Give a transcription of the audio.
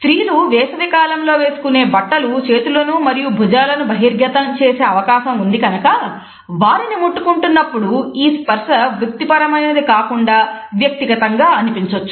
స్త్రీలు వేసవికాలంలో వేసుకునే బట్టలు చేతులను మరియు భుజాలను బహిర్గతం చేసే అవకాశం ఉంది కనుక వారిని ముట్టుకున్నప్పుడు ఆ స్పర్స వృత్తిపరమైనది కాకుండా వ్యక్తిగతంగా అనిపించవచ్చు